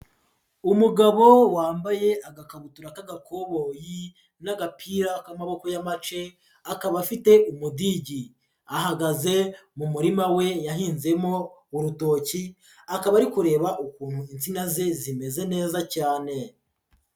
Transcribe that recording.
Umugabo wambaye agakabutura k'agakoboyi n'agapira k'amaboko y'amace, akaba afite umudigi, ahagaze mu murima we yahinzemo urutoki, akaba ari kureba ukuntu insina ze zimeze neza cyane.